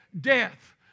death